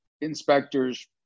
inspectors